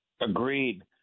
Agreed